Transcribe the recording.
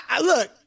look